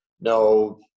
no